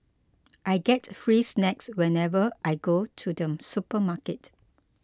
I get free snacks whenever I go to the supermarket